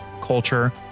culture